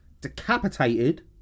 Decapitated